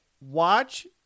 Watch